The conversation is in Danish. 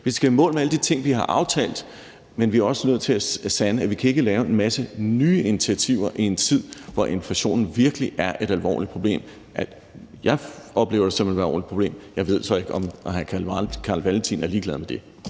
Vi skal i mål med alle de ting, vi har aftalt, men vi er også nødt til at sande, at vi ikke kan lave en masse nye initiativer i en tid, hvor inflationen virkelig er et alvorligt problem. Jeg oplever det som et alvorligt problem, men jeg ved så ikke, om hr. Carl Valentin er ligeglad med det.